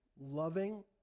loving